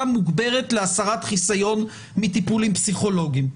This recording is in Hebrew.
מוגברת להסרת חיסיון מטיפולים פסיכולוגיים.